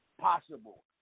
possible